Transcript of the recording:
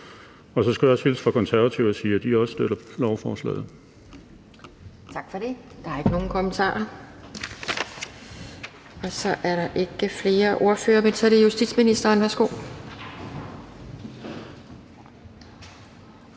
og jeg skal også hilse fra Konservative og sige, at de også støtter lovforslaget.